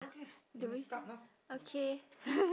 do we start okay